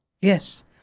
yes